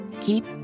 keep